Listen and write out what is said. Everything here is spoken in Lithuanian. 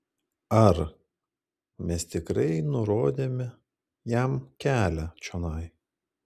ar mes tikrai nurodėme jam kelią čionai